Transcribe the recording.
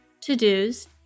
to-dos